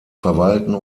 verwalten